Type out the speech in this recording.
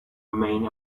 remain